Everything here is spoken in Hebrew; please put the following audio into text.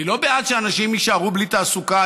אני לא בעד שאנשים יישארו בלי תעסוקה,